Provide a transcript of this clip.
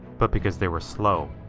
but because they were slow.